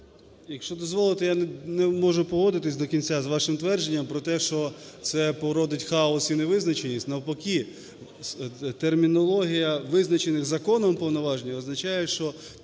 якщо дозволите, я не можу погодитися до кінця з вашим твердженням про те, що це породить хаос і невизначеність. Навпаки термінологія визначених законом повноважень означає, що